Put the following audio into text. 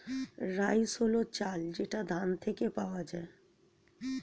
rice হল চাল যেটা ধান থেকে পাওয়া যায়